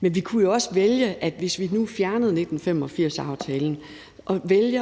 Men vi kunne jo også vælge, hvis vi nu fjernede 1985-aftalen,